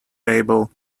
table